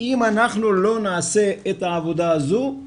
ואם אנחנו לא נעשה את העבודה הזו,